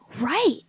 Right